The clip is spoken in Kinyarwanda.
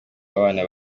abana